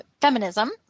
feminism